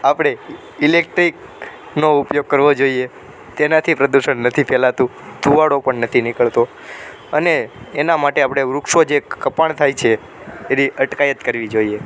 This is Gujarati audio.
આપણે ઇલેક્ટ્રિકનો ઉપયોગ કરવો જોઈએ તેનાથી પ્રદૂષણ નથી ફેલાતું ધુમાડો પણ નથી નીકળતો અને એના માટે આપણે વૃક્ષો જે કપાણ થાય છે એરી અટકાયત કરવી જોઈએ